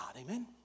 amen